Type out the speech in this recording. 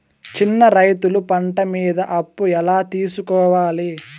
చిన్న రైతులు పంట మీద అప్పు ఎలా తీసుకోవాలి?